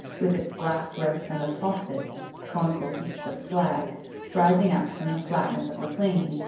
with its glass works and the fosses conical heaps of slag rising up from the flatness of the plain,